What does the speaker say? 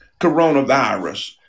coronavirus